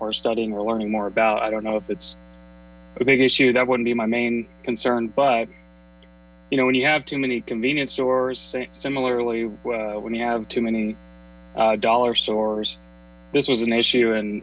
or studying we're learning more about i don't it's a big issue that wouldn't be my main concern but you know when you have too many convenience stores similarly when you have too many dollar stores this was an issue in